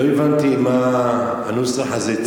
לא הבנתי מה הנוסח הזה,